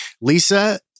Lisa